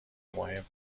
مهم